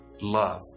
love